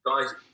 guys